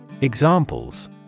Examples